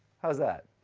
how's that?